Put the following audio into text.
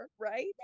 Right